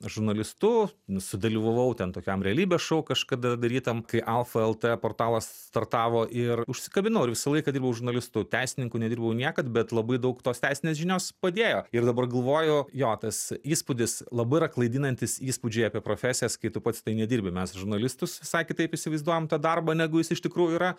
žurnalistu sudalyvavau ten tokiam realybės šou kažkada darytam kai alfa lt portalas startavo ir užsikabinau ir visą laiką dirbau žurnalistų teisininku nedirbau niekad bet labai daug tos teisinės žinios padėjo ir dabar galvoju jo tas įspūdis labai yra klaidinantis įspūdžiai apie profesijas kai tu pats tai nedirbi mes žurnalistus visai kitaip įsivaizduojam tą darbą negu jis iš tikrųjų yra